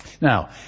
Now